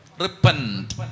Repent